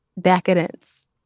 decadence